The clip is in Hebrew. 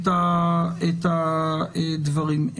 הדברים.